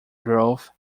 growth